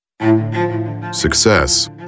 Success